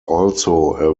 also